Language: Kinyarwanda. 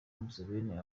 museveni